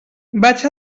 vaig